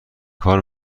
کار